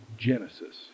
genesis